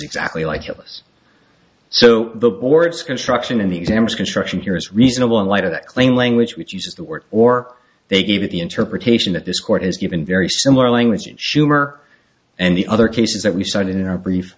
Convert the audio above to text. exactly like us so the board's construction in the exams construction here is reasonable in light of that claim language which uses the word or they gave the interpretation that this court has given very similar language in schumer and the other cases that we started in our brief